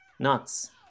Nuts